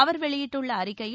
அவர் வெளியிட்டுள்ள அறிக்கையில்